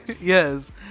Yes